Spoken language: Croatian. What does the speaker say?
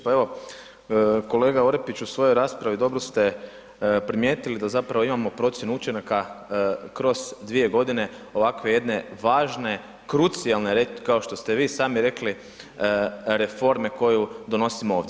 Pa evo kolega Orepić u svojoj raspravi dobro ste primijetili da zapravo imamo procjenu učinaka kroz dvije godine ovakve jedne važne, krucijalne kao što ste vi sami rekli reforme koju donosimo ovdje.